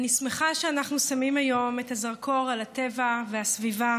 אני שמחה שאנחנו מפנים היום את הזרקור אל הטבע והסביבה,